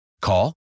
Call